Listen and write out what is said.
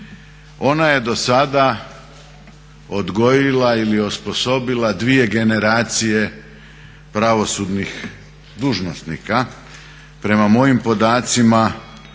Ona je do sada odgojila ili osposobila dvije generacije pravosudnih dužnosnika. Prema mojim podacima